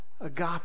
Agape